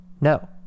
no